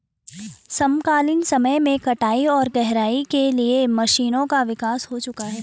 समकालीन समय में कटाई और गहराई के लिए मशीनों का विकास हो चुका है